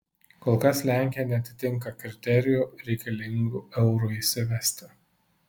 kol kas lenkija neatitinka kriterijų reikalingų eurui įsivesti